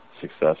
success